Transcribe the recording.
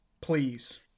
Please